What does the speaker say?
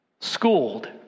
schooled